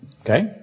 Okay